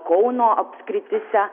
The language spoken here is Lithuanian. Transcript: kauno apskrityse